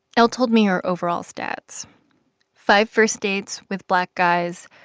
l told me her overall stats five first dates with black guys,